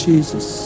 Jesus